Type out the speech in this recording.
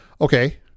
Okay